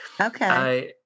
Okay